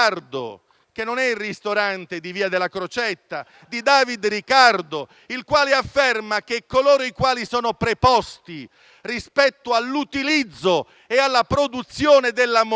che non è il ristorante di via della Crocetta. In tale scritto Ricardo afferma che coloro i quali sono preposti rispetto all'utilizzo e alla produzione della moneta